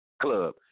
club